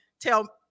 tell